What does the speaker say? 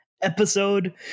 episode